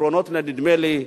פתרונות ל"נדמה לי".